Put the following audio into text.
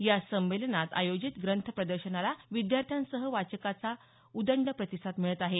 या संमेलनात आयोजित ग्रंथ प्रदर्शनाला विद्यार्थ्यांसह वाचकांचा उदंड प्रतिसाद मिळत आहे